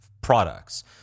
products